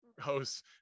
host